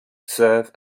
serve